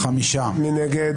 מי נגד?